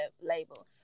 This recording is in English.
label